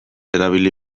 erabili